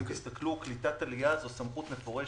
אם תסתכלו קליטת עלייה זאת סמכות מפורשת.